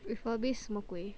refurbished 什么鬼